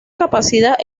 capacidad